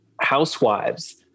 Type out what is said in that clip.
housewives